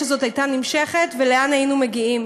הזאת הייתה נמשכת ולאן היינו מגיעים.